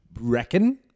reckon